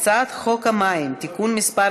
אני קובעת כי הצעת חוק הפיקוח על שירותים